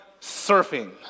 surfing